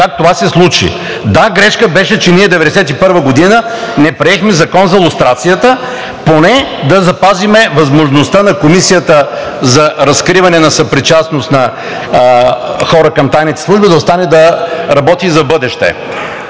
как това се случи. Да, грешка беше, че ние 1991 г. не приехме Закона за лустрацията. Поне да запазим възможността на Комисията за разкриване на съпричастност на хора към тайните служби да остане да работи и в бъдеще.